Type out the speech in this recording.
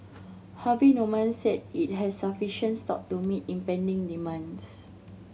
Harvey Norman said it has sufficient stock to meet impending demands